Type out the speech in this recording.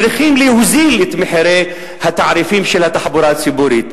צריכים להוזיל את התעריפים של התחבורה הציבורית.